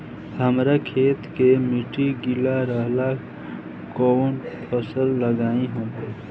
हमरा खेत के मिट्टी गीला रहेला कवन फसल लगाई हम?